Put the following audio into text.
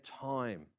time